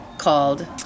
Called